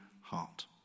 heart